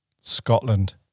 Scotland